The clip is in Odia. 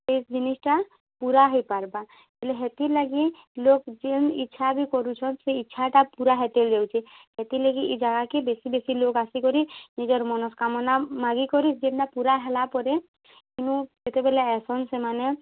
ସେଇ ଜିନିଷ୍ଟା ପୂରା ହେଇପାର୍ବା ବେଲେ ହେଥିର୍ ଲାଗି ଲୋକ୍ ଯେନ୍ ଇଚ୍ଛା ବି କରୁଛନ୍ ସେ ଇଚ୍ଛାଟା ପୂରା ହେଇତେଲ୍ ଯାଉଛେ ହେଥିର୍ଲାଗି ଇ ଜାଗାକେ ବେଶୀ ବେଶୀ ଲୋକ୍ ଆସିକରି ନିଜର୍ ମନସ୍କାମନା ମାଗିକରି ଯେନ୍ଟା ପୂରା ହେଲାପରେ ଇନୁ ସେତେବେଲେ ଆଏସନ୍ ସେମାନେ